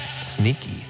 Sneaky